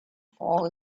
fault